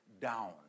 down